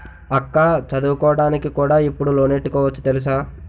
అక్కా చదువుకోడానికి కూడా ఇప్పుడు లోనెట్టుకోవచ్చు తెలుసా?